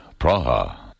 Praha